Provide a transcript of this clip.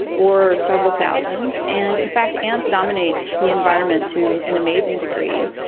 or several thousand, and in fact ants dominate the environment to an amazing degree.